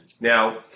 Now